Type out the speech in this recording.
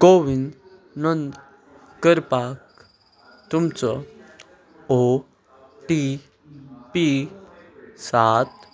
कोवीन नोंद करपाक तुमचो ओ टी पी सात